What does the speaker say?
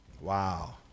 Wow